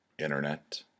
internet